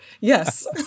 yes